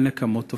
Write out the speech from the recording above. אל נקמות הופיע.